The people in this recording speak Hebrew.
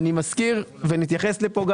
אני מזכיר, ונתייחס לזה,